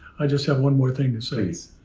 i just have one more thing to say.